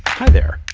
hi there!